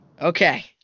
Okay